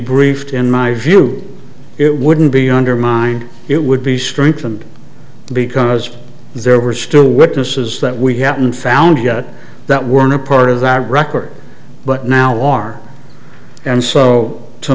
briefed in my view it wouldn't be undermined it would be strengthened because there were still witnesses that we haven't found yet that were not part of that record but now are and so to